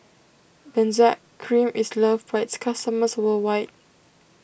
Benzac Cream is loved by its customers worldwide